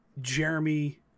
Jeremy